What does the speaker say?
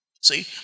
See